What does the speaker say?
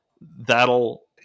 that'll